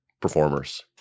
performers